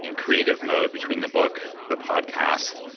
and creative mode between the book, the podcast,